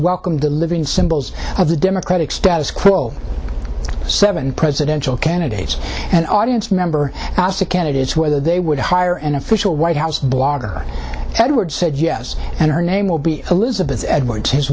welcomed the living symbols of the democratic status quo seven presidential candidates and audience member asked the candidates whether they would hire an official white house blogger edward said yes and her name will be elizabeth edwards his